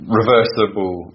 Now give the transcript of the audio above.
reversible